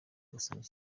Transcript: agasanga